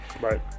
Right